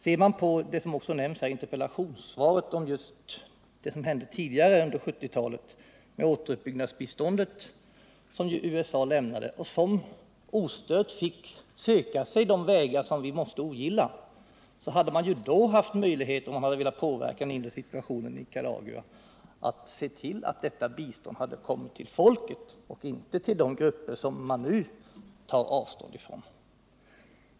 Ser man på det som också nämns i interpellationssvaret om vad som hände tidigare under 1970-talet, nämligen att det återuppbyggnadsbistånd som USA lämnade landet ostört fick söka sig vägar som vi måste ogilla, hade man ju då, om man velat påverka den inre situationen i Nicaragua, haft möjlighet att se till att detta bistånd hade kommit till folket och inte till de grupper som man nu tar avstånd från.